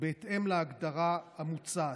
בהתאם להגדרה המוצעת.